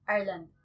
Ireland